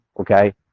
okay